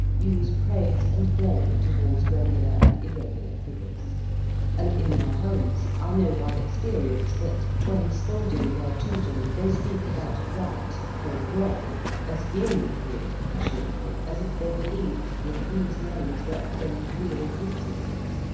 use praise and blame towards regular and irregular figures and in their homes i know by experience that, when scolding their children, they speak about right or wrong as vehemently and passionately as if they believed that these names represented real existences,